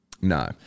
No